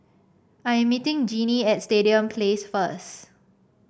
I am meeting Jinnie at Stadium Place first